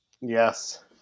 Yes